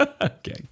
Okay